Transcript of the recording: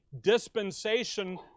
dispensation